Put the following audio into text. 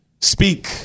speak